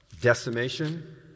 decimation